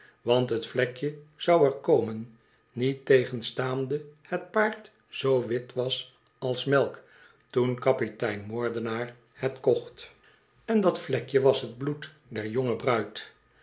want t vlekje zou er komen niettegenstaande het paard zoo wit was als melk toen kapitein moordenaar het kocht en dat vlekje was t bloed der jonge bruid